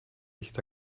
nicht